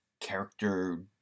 character